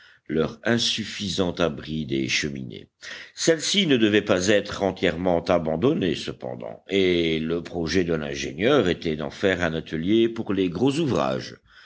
leur insuffisant abri des cheminées celles-ci ne devaient pas être entièrement abandonnées cependant et le projet de l'ingénieur était d'en faire un atelier pour les gros ouvrages